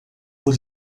por